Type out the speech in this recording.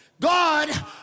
God